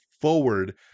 forward